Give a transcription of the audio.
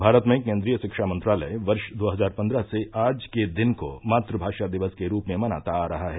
भारत में केन्द्रीय शिक्षा मंत्रालय वर्ष दो हजार पन्द्रह से आज के दिन को मात्भाषा दिवस के रूप में मनाता आ रहा है